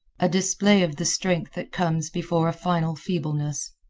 a display of the strength that comes before a final feebleness.